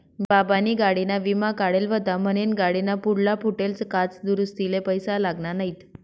बाबानी गाडीना विमा काढेल व्हता म्हनीन गाडीना पुढला फुटेल काच दुरुस्तीले पैसा लागना नैत